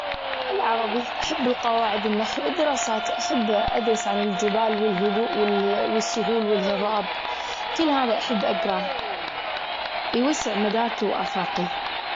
إضاعة شنطتي في المطار. صرت أدور عليها، وما لقيتها، وضاعت مني بالسير. فهذا كان موقف سيء جدا، وطبعا، كنت زعلانة حيل حيل، وما قدرت أسوي شيء.